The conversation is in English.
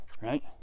Right